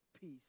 peace